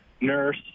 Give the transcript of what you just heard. Nurse